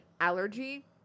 allergy